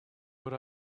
what